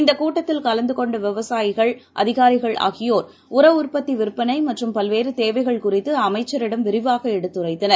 இந்தக் கூட்டத்தில் கலந்துகொண்டவிவசாயிகள் அதிகாரிகள் ஆகியோர் உர உற்பத்தி விற்பனைமற்றும் பல்வேறுதேவைகள் குறித்துஅமைச்சரிடம் விரிவாகஎடுத்துரைத்தனர்